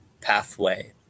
pathway